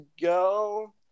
go